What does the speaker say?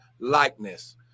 likeness